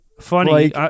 Funny